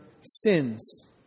sins